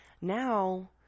now